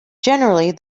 generally